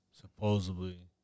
Supposedly